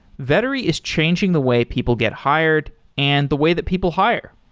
vettery is changing the way people get hired and the way that people hire.